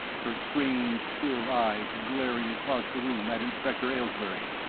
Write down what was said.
her strange, still eyes glaring across the room at inspector aylesbury.